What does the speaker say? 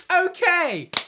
okay